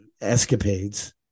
escapades